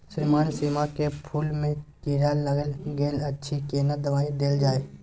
श्रीमान सीम के फूल में कीरा लाईग गेल अछि केना दवाई देल जाय?